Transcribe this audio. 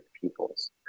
peoples